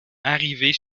arrivés